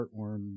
heartworm